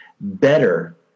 better